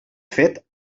fet